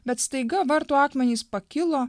bet staiga vartų akmenys pakilo